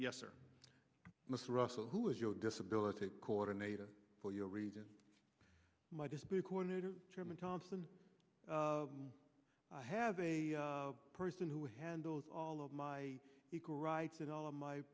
yes or mr russell who is your disability coordinator for your region might just be a coordinator chairman thompson i have a person who handles all of my equal rights and all of my